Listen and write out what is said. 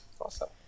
awesome